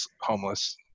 homeless